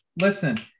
Listen